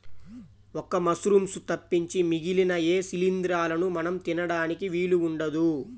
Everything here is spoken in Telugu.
ఒక్క మశ్రూమ్స్ తప్పించి మిగిలిన ఏ శిలీంద్రాలనూ మనం తినడానికి వీలు ఉండదు